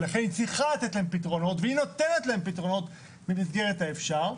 ולכן היא צריכה לתת להם פתרונות והיא נותנת להם פתרונות במסגרת האפשר.